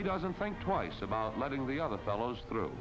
he doesn't think twice about letting the other fellows thro